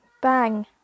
bang